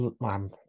man